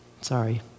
Sorry